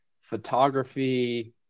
photography